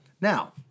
Now